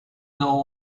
know